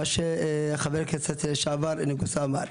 מה שחבר הכנסת לשעבר מנגיסו אמר.